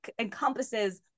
encompasses